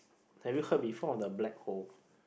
have you heard before of the black hole